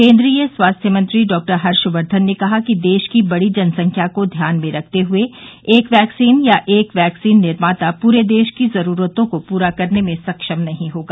केन्द्रीय स्वास्थ्य मंत्री डॉक्टर हर्षवर्धन ने कहा कि देश की बड़ी जनसंख्या को ध्यान में रखते हुए एक वैक्सीन या एक वैक्सीन निर्माता पूरे देश की जरूरतों को पूरा करने में सक्षम नहीं होगा